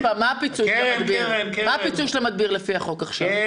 מה הפיצוי שמקבל מדביר לפי החוק הנוכחי?